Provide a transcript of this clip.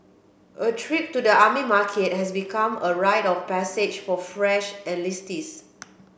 a trip to the army market has become a rite of passage for fresh enlistees